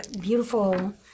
beautiful